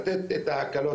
לתת את ההקלות